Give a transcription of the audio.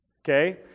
Okay